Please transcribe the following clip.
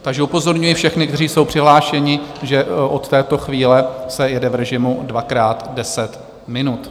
Takže upozorňuji všechny, kteří jsou přihlášeni, že od této chvíle se jede v režimu dvakrát deset minut.